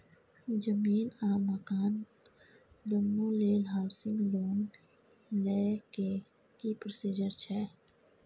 जमीन आ मकान दुनू लेल हॉउसिंग लोन लै के की प्रोसीजर छै?